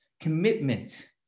commitment